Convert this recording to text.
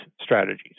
strategies